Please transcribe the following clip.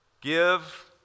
give